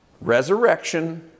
Resurrection